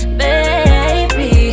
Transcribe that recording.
baby